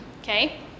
Okay